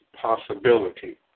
possibility